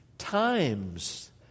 Times